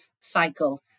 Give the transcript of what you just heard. cycle